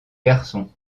garçon